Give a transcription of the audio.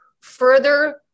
further